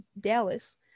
Dallas –